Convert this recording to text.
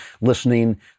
listening